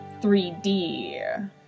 3D